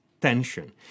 tension